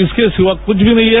इसके सिवा कुछ मी नहीं है